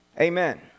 Amen